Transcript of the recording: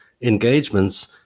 engagements